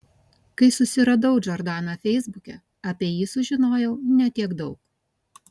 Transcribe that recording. kai susiradau džordaną feisbuke apie jį sužinojau ne tiek daug